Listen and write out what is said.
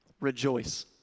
rejoice